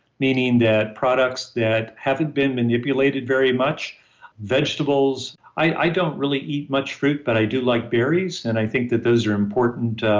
meaning that products that haven't been manipulated very much vegetables, i don't really eat much fruit, but i do like berries, and i think that those are important